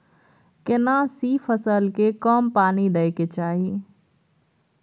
केना सी फसल के कम पानी दैय के चाही?